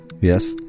Yes